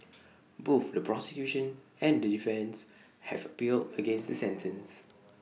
both the prosecution and the defence have appealed against the sentence